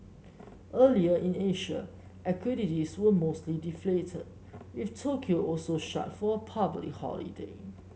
earlier in Asia equities were mostly deflated with Tokyo also shut for a public holiday